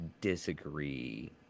disagree